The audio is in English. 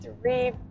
three